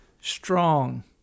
strong